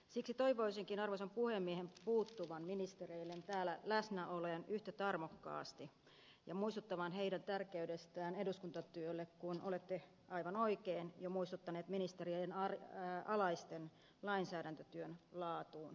siksi toivoisinkin arvoisan puhemiehen puuttuvan ministereiden läsnäoloon täällä yhtä tarmokkaasti ja muistuttamaan heidän tärkeydestään eduskuntatyölle kun olette aivan oikein jo muistuttanut ministerien alaisten huomion kiinnittämisestä lainsäädäntötyön laatuun